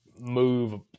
move